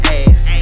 ass